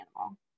animal